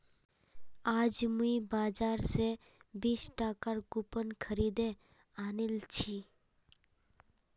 आज मुई बाजार स बीस टकार कूपन खरीदे आनिल छि